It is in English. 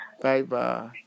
Bye-bye